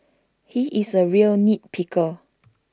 he is A real nit picker